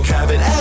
Cabin